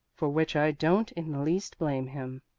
for which i don't in the least blame him,